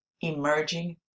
emerging